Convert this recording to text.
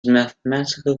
mathematical